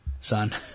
son